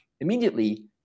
immediately